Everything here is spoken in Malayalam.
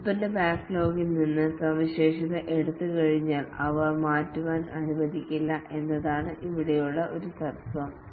ഉൽപ്പന്ന ബാക്ക്ലോഗിൽ നിന്ന് സവിശേഷത എടുത്തുകഴിഞ്ഞാൽ അവ മാറ്റാൻ അനുവദിക്കില്ല എന്നതാണ് ഇവിടെയുള്ള ഒരു തത്വം